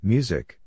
Music